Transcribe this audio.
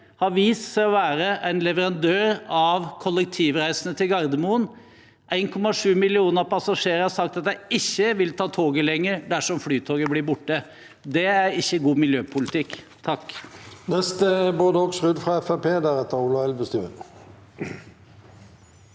har vist seg å være en leverandør av kollektivreisende til Gardermoen. 1,7 millioner passasjerer har sagt at de er ikke vil ta toget lenger dersom Flytoget blir borte. Det er ikke god miljøpolitikk. Bård